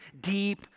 deep